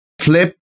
flip